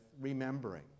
remembering